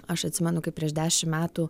aš atsimenu kaip prieš dešim metų